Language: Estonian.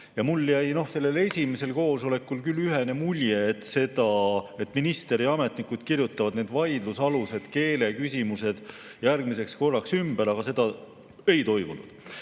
Ja mul jäi sellel esimesel koosolekul küll ühene mulje, et minister ja ametnikud kirjutavad need vaidlusalused keeleküsimused järgmiseks korraks ümber, aga seda ei toimunud.